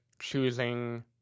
choosing